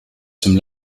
zum